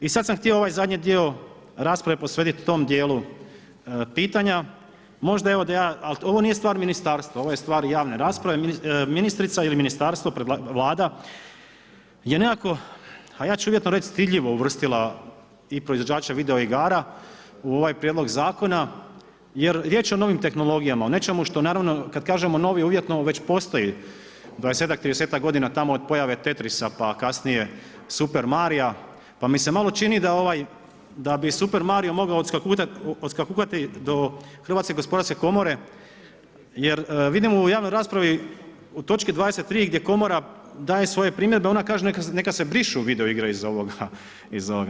I sada sam htio ovaj zadnji dio rasprave posvetiti tom dijelu pitanja, možda evo da ja, ali ovo nije stvar ministarstva, ovo je stvar javne rasprave, ministrica ili ministarstvo, Vlada je nekako, a ja ću uvjetno reći stidljivo uvrstila i proizvođača video igara u ovaj prijedlog zakona jer je riječ o novim tehnologijama o nečemu što naravno, kada kažemo novi uvjetno već postoji, 20-ak, 30-ak godina tamo od pojave tetrisa, pa kasnije Super Maria, pa mi se malo čini da bi Super Mario mogao doskakutati do HGK jer vidimo u javnoj raspravi u točki 23. gdje komora daje svoje primjedbe, ona kaže neka se brišu video igre iz ovoga.